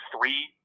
three